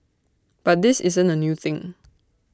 but this isn't A new thing